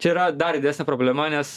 čia yra dar didesnė problema nes